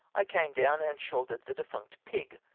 i came down and shouldered the deftmct pig,